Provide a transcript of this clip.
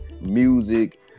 music